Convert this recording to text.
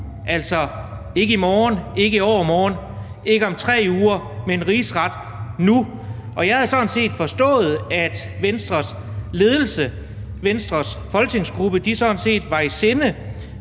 altså ikke i morgen, ikke i overmorgen, ikke om 3 uger, men en rigsret nu. Jeg havde forstået det sådan, at Venstres ledelse, Venstres folketingsgruppe, sådan set havde i sinde